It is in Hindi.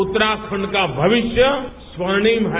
उत्तराखंड का भविष्य स्वर्णिम है